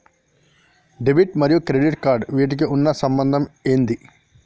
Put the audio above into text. Debit మరియు credit cards వీటికి ఉన్న సంబంధం ఏంటి?